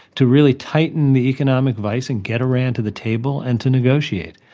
to really tighten the economic vice and get iran to the table and to negotiate.